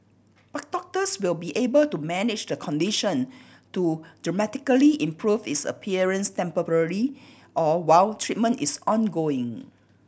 but doctors will be able to manage the condition to dramatically improve its appearance temporarily or while treatment is ongoing